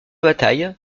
bataille